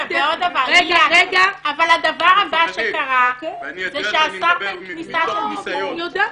אני מדבר מתוך ניסיון.